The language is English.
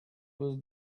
was